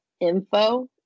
info